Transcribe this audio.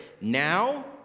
now